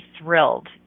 thrilled